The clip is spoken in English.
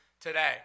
today